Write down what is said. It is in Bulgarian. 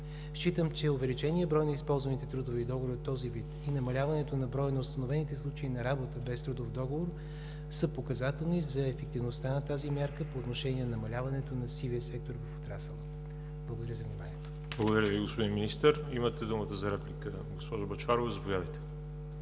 Считам, че увеличеният брой на използваните трудови договори от този вид и намаляването на броя на установените случаи на работа без трудов договор са показателни за ефективността на тази мярка по отношение намаляването на сивия сектор в отрасъла. Благодаря за вниманието. ПРЕДСЕДАТЕЛ ВАЛЕРИ ЖАБЛЯНОВ: Благодаря Ви, господин Министър. Имате думата за реплика, госпожо Бъчварова. Заповядайте.